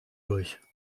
durch